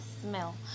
smell